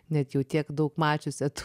net jau tiek daug mačiusią tų